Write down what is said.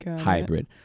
hybrid